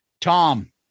Tom